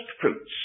fruits